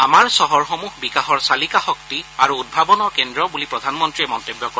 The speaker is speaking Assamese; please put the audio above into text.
আমাৰ চহৰসমূহ বিকাশৰ চালিকা শক্তি আৰু উদ্ভাৱনৰ কেন্দ্ৰ বুলি প্ৰধানমন্ত্ৰীয়ে মন্তব্য কৰে